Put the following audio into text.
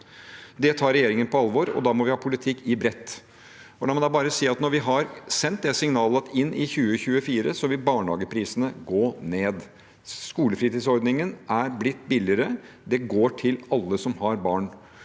Det tar regjeringen på alvor, og da må vi ha politikk i bredt. Når vi har sendt det signalet inn i 2024, så vil barnehageprisene gå ned, og skolefritidsordningen er blitt billigere. Det går til alle som har barn